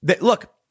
Look